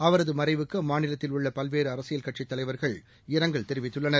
அவரதுமறைவுக்குஅம்மாநிலத்தில் உள்ளபல்வேறுஅரசியல் கட்சித் தலைவர்கள் இரங்கல் தெரிவித்துள்ளனர்